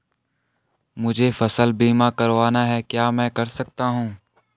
मुझे फसल बीमा करवाना है क्या मैं कर सकता हूँ?